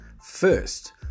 first